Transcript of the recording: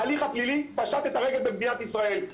ההליך הפלילי פשט את הרגל במדינת ישראל.